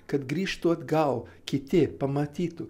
kad grįžtų atgal kiti pamatytų